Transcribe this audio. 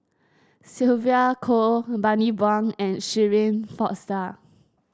Sylvia Kho Bani Buang and Shirin Fozdar